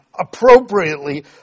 appropriately